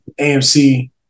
AMC